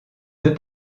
deux